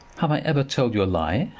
have i ever told you a lie?